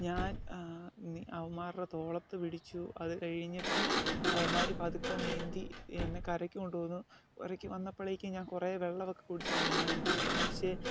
ഞാൻ അവന്മാരുടെ തോളത്ത് പിടിച്ചു അത് കഴിഞ്ഞിട്ട് അവന്മാർ പതുക്കെ നീന്തി എന്നെ കരയ്ക്ക് കൊണ്ടു വന്നു കരയ്ക്ക് വന്നപ്പോഴേക്ക് ഞാൻ കുറേ വെള്ളമൊക്കെ കുടിച്ച് ഇരുന്നു ഞാൻ ക്ഷീണിച്ചു